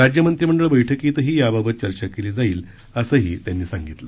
राज्य मंत्रीमंडळ बैठकीतही याबाबत चर्चा केली जाईल असंही त्यांनी सांगितलं